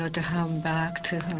ah to hum back to